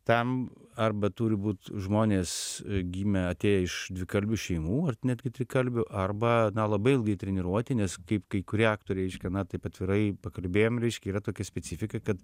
tam arba turi būt žmonės gimę atėję iš dvikalbių šeimų ar netgi dvikalbių arba na labai ilgai treniruoti nes kaip kai kurie aktoriai reiškia na taip atvirai pakalbėjom reiškia yra tokia specifika kad